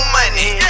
money